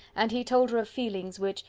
and he told her of feelings, which,